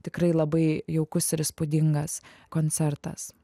tikrai labai jaukus ir įspūdingas koncertas